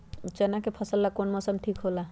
चाना के फसल ला कौन मौसम ठीक होला?